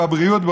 בבריאות,